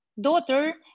daughter